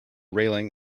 railing